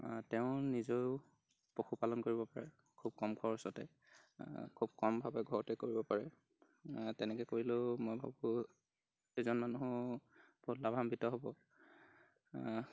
তেওঁ নিজেও পশুপালন কৰিব পাৰে খুব কম খৰচতে খুব কম ভাৱে ঘৰতে কৰিব পাৰে তেনেকৈ কৰিলেও মই ভাবোঁ সেইজন মানুহ বহুত লাভান্বিত হ'ব